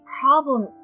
problem